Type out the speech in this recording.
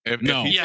No